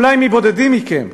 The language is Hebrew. אולי של בודדים מכם.